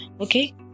okay